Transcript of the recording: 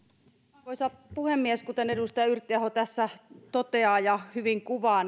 arvoisa puhemies kuten edustaja yrttiaho tässä toteaa ja hyvin kuvaa